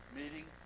meeting